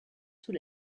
sous